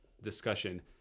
discussion